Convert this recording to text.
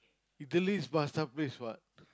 you can list pasta paste what